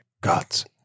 gods